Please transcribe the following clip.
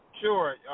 Sure